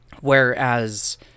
Whereas